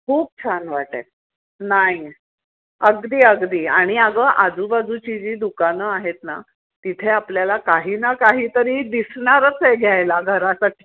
खूप छान वाटेल नाही अगदी अगदी आणि अगं आजूबाजूची जी दुकानं आहेत ना तिथे आपल्याला काही ना काहीतरी दिसणारचे घ्यायला घरासाठी